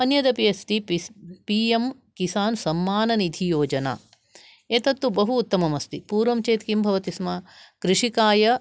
अन्यदपि अस्ति पिस् पि एम् किसान् सम्मन निधि योजना एतत्तु बहु उत्तमम् अस्ति पूर्वं चेत् किं भवतिस्म कृषकाय